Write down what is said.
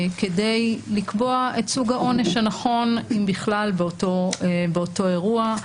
כדי לקבוע את סוג העונש הנכון באותו אירוע.